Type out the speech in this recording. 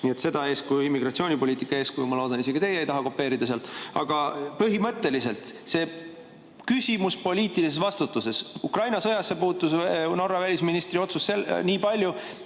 Nii et seda eeskuju, immigratsioonipoliitika eeskuju, ma loodan, isegi teie ei taha kopeerida. Aga põhimõtteliselt, see küsimus poliitilisest vastutusest. Ukraina sõjasse puutus Norra välisministri otsus nii palju,